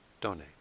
donate